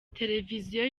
televiziyo